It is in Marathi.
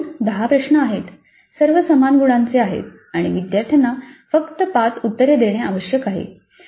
तर एकूण 10 प्रश्न आहेत सर्व समान गुणांचे आहेत आणि विद्यार्थ्यांना फक्त 5 उत्तरे देणे आवश्यक आहे